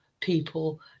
people